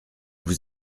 vous